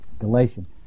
Galatians